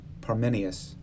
Parmenius